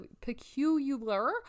Peculiar